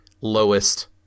lowest